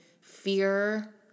fear